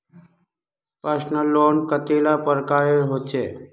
Personal loan कतेला प्रकारेर होचे?